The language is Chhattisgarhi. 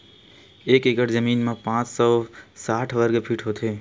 एक एकड़ जमीन मा पांच सौ साठ वर्ग फीट होथे